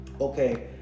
okay